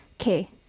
Okay